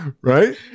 Right